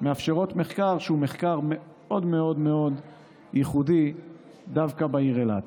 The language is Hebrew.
מחקר מאוד מאוד ייחודי דווקא בעיר אילת.